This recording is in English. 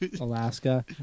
Alaska